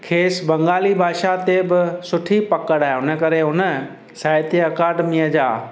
खे़सि बंगाली भाषा ते बि सुठी पकड़ आहे उन करे उन साहित्य अकेडमी जा